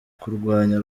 kurwanya